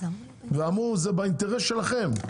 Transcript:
וזה באינטרס שלכם,